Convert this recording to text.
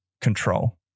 control